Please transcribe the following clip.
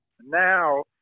now